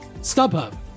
StubHub